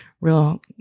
real